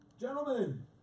Gentlemen